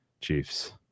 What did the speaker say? Chiefs